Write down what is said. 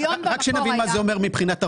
רק שנבין מה זה אומר מבחינת הרוכש.